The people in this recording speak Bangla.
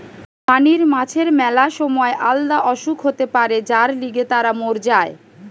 পানির মাছের ম্যালা সময় আলদা অসুখ হতে পারে যার লিগে তারা মোর যায়